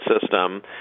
system